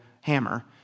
hammer